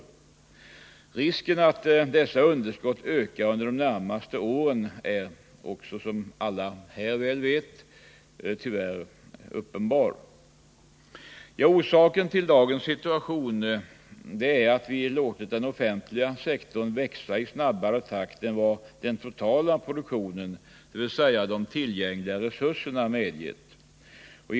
Risken att dessa underskott ökar under de närmaste åren är, som alla här väl vet, tyvärr uppenbar. Orsaken till dagens situation är att vi låtit den offentliga sektorn växa i snabbare takt än den totala produktionen, dvs. de tillgängliga resurserna, medgivit.